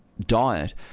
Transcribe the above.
diet